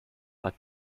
but